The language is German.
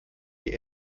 die